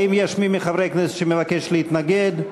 האם מי מחברי הכנסת מבקש להתנגד?